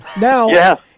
Now